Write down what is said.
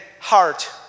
heart